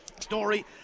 story